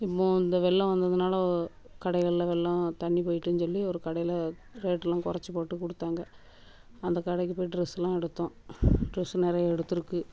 இம்மு இந்த வெள்ளம் வந்ததனால கடைகள்ல வெள்ளம் தண்ணி போய்ட்டுன்னு சொல்லி ஒரு கடையில ரேட்லாம் குறச்சி போட்டு கொடுத்தாங்க அந்த கடைக்கு போய் ட்ரெஸ்ஸுலாம் எடுத்தோம் ட்ரெஸ்ஸு நிறைய எடுத்திருக்கு